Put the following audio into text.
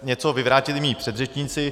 Něco vyvrátili mí předřečníci.